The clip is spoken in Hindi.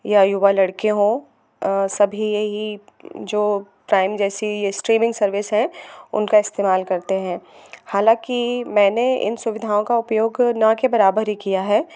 या युवा लड़के हों सभी यही जो टाइम जैसी यह स्ट्रीमिंग सर्विस है उनका इस्तेमाल करते हैं हालाँकि मैंने इन सुविधाओं का उपयोग ना के बराबर ही किया है